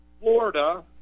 florida